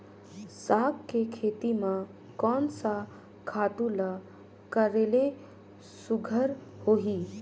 साग के खेती म कोन स खातु ल करेले सुघ्घर होही?